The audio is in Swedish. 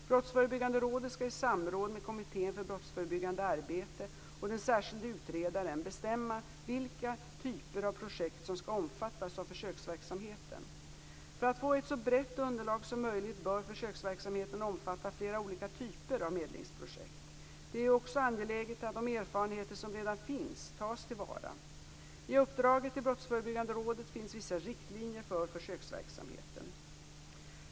Brottsförebyggande rådet skall i samråd med Kommittén för brottsförebyggande arbete och den särskilde utredaren bestämma vilka typer av projekt som skall omfattas av försöksverksamheten. För att få ett så brett underlag som möjligt bör försöksverksamheten omfatta flera olika typer av medlingsprojekt. Det är också angeläget att de erfarenheter som redan finns tas till vara. I uppdraget till Brottsförebyggande rådet finns vissa riktlinjer för försöksverksamheten.